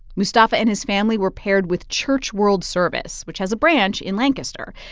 mustafa and his family were paired with church world service, which has a branch in lancaster.